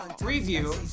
review